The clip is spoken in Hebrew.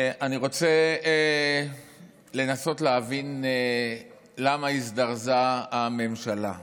אני רוצה לנסות להבין למה הזדרזה הממשלה ולְמה.